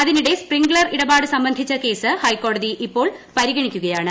അതിനിടെ സ്പ്രിംഗ്ളർ ഇടപാട് സംബന്ധിച്ച കേസ് ഹൈക്കോടതി ഇപ്പോൾ പരിഗണിക്കുകയാണ്